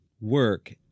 work